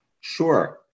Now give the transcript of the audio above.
Sure